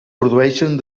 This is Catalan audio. produïxen